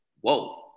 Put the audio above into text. whoa